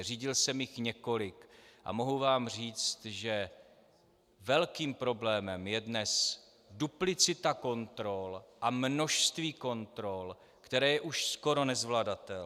Řídil jsem jich několik a mohu vám říct, že velkým problémem je dnes duplicita kontrol a množství kontrol, které je už skoro nezvladatelné.